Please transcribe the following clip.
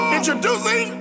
Introducing